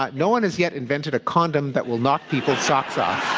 um no one has yet invented a condom that will knock people's socks off.